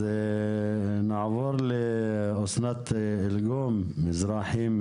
אז נעבור לאסנת אלגום מזרחי,